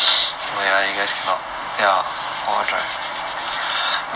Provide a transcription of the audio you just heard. I don't mind but then darren 可以吗